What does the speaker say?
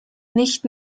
nicht